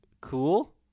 cool